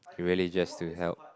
really just to help